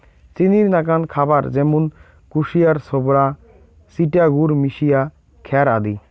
চিনির নাকান খাবার য্যামুন কুশিয়ার ছোবড়া, চিটা গুড় মিশিয়া খ্যার আদি